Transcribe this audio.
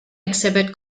exhibit